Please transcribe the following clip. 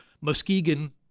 Muskegon